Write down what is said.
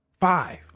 five